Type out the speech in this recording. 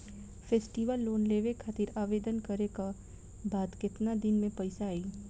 Festival loan लेवे खातिर आवेदन करे क बाद केतना दिन म पइसा आई?